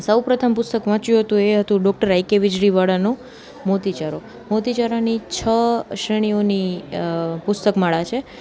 સૌ પ્રથમ પુસ્તક વાંચ્યું હતું એ હતું ડોક્ટર આઈ કે વીજળીવાળાનું મોતી ચારો મોતી ચારાની છ શ્રેણીઓની પુસ્તક માળા છે